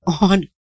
on